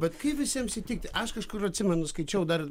bet kaip visiems įtikti aš kažkur atsimenu skaičiau dar